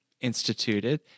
instituted